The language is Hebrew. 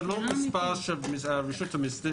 זה לא מספר שרשות המסים.